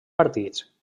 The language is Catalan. partits